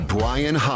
Brian